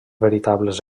veritables